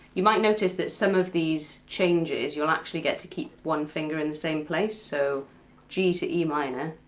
you might notice that some of these changes you'll actually get to keep one finger in the same place, so g to e minor,